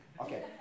Okay